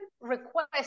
request